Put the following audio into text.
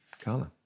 Carla